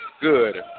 good